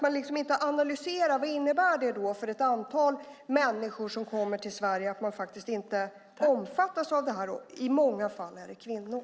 Man har inte analyserat vad det innebär för ett antal människor som kommer till Sverige att de inte omfattas av det här. I många fall är det kvinnor.